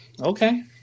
Okay